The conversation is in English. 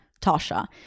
Tasha